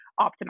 optimize